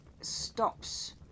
stops